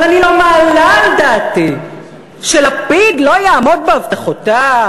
אבל אני לא מעלה על דעתי שלפיד לא יעמוד בהבטחותיו.